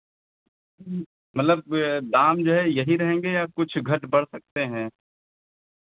मतलब यह दाम जो है यही रहेंगे या कुछ घट बढ़ सकते हैं